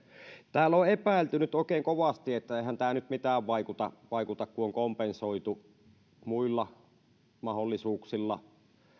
täällä on epäilty nyt oikein kovasti että eihän tämä nyt mitään vaikuta vaikuta kun on kompensoitu muilla mahdollisuuksilla